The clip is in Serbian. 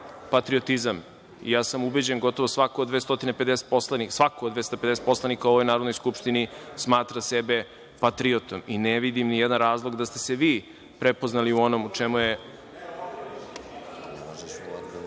patriotizam. Ubeđen sam, gotovo svako od 250 poslanika u ovoj Narodnoj skupštini smatra sebe patriotom, i ne vidim ni jedan razlog da ste se vi prepoznali u onom o čemu je